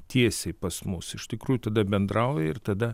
tiesiai pas mus iš tikrųjų tada bendrauji ir tada